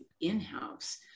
in-house